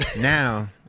now